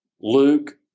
Luke